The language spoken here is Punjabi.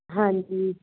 ਹਾਂਜੀ